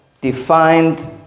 defined